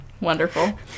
Wonderful